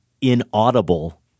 inaudible